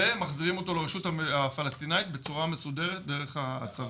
ומחזירים אותם לרשות הפלסטינית בצורה מסודרת דרך ההצהרה.